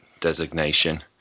designation